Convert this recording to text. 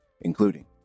including